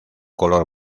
color